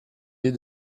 est